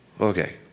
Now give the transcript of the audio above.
Okay